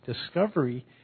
discovery